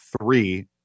three